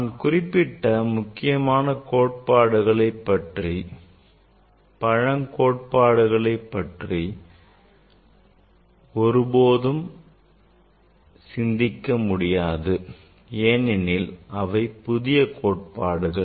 நான் குறிப்பிட்ட நான்கு முக்கியமான கோட்பாடுகள் பற்றி பழங்கோட்பாடுகளை கொண்டு ஒருபோதும் சிந்திக்க முடியாது ஏனெனில் அவை புதிய கோட்பாடுகள்